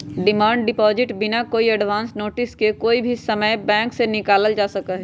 demand deposit बिना कोई advance notice के कोई भी समय बैंक से निकाल्ल जा सका हई